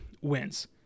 wins